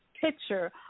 picture